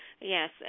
Yes